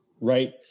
right